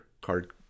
card